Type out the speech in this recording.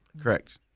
Correct